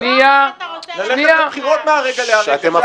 ללכת לבחירות מהרגע להרגע.